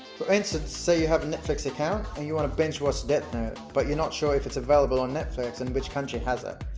for instance, say you have a netflix account and you want to binge watch death note, but you are not sure if it's available on netflix and which country has it,